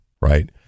right